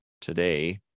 today